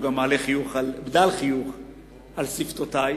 והוא גם מעלה בדל חיוך על שפתותי,